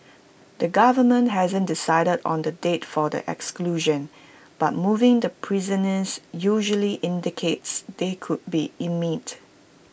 the government hasn't decided on the date for the executions but moving the prisoners usually indicates they could be